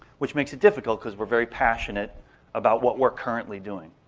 which makes it difficult because we're very passionate about what we're currently doing.